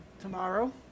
tomorrow